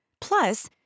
Plus